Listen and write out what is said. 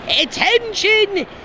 Attention